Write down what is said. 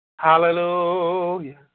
Hallelujah